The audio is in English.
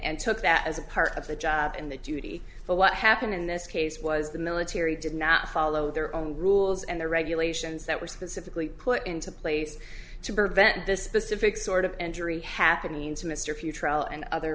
and took that as a part of the job and the duty but what happened in this case was the military did not follow their own rules and the regulations that were specifically put into place to prevent this pacific sort of injury happening to mr few trial and other